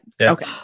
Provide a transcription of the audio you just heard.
Okay